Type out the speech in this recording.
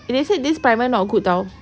eh they said this primer not good [tau]